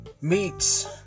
meets